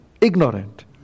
ignorant